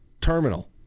Terminal